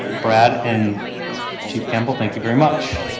brad and chief campbell. thank you very much.